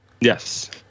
Yes